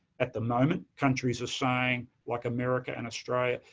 at the moment, countries are saying, like america and australia,